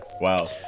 Wow